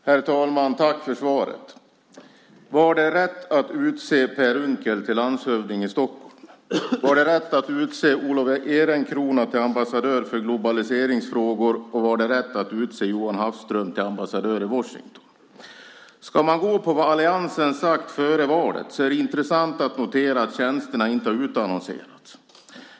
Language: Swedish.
Herr talman! Jag tackar statsrådet för svaret. Var det rätt att utse Per Unckel till landshövding i Stockholm? Var det rätt att utse Olof Ehrenkrona till ambassadör för globaliseringsfrågor? Var det rätt att utse Jonas Hafström till ambassadör i Washington? Ska man gå på vad alliansen sagt före valet är det intressant att notera att tjänsterna inte har utannonserats.